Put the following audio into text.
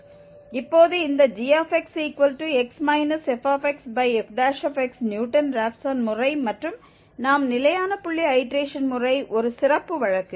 இப்போது இந்த gxx fxfx Newton Raphson முறை மற்றும் நாம் நிலையான புள்ளி ஐடேரேஷன் முறை ஒரு சிறப்பு வழக்கு